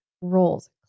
roles